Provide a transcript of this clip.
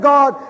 God